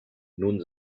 nun